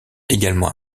également